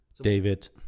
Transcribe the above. David